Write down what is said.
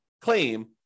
claim